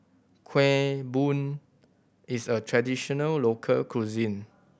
Kueh Bom is a traditional local cuisine